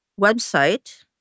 website